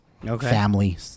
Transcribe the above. family